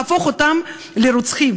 להפוך אותם לרוצחים.